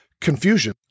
confusion